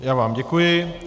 Já vám děkuji.